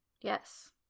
yes